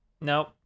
Nope